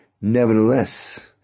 Nevertheless